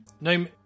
Name